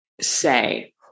say